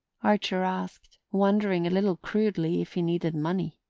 archer asked, wondering a little crudely if he needed money.